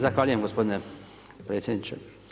Zahvaljujem, gospodine predsjedniče.